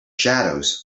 shadows